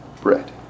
bread